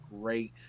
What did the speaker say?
great